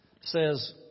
says